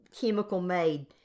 chemical-made